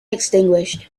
extinguished